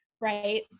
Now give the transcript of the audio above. right